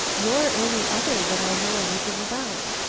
nor any other that i know anything about.